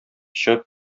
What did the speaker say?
чыгып